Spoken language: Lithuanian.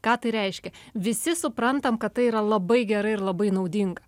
ką tai reiškia visi suprantam kad tai yra labai gera ir labai naudinga